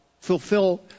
fulfill